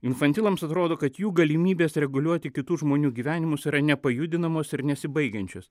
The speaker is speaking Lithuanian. infantilams atrodo kad jų galimybės reguliuoti kitų žmonių gyvenimus yra nepajudinamos ir nesibaigiančios